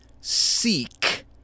Seek